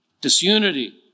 disunity